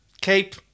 cape